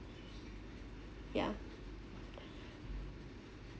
yeah